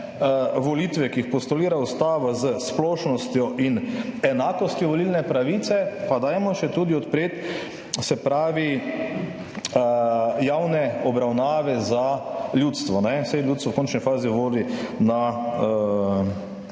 volitve, ki jih postulira ustava s splošnostjo in enakostjo volilne pravice, pa dajmo še tudi odpreti javne obravnave za ljudstvo. Saj ljudstvo v končni fazi voli na